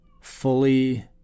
fully